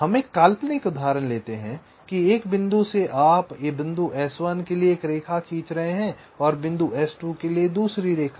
हम एक काल्पनिक उदाहरण लेते हैं कि 1 बिंदु से आप एक बिंदु S1 के लिए एक रेखा खींच रहे हैं और एक बिंदु S2 के लिए दूसरी रेखा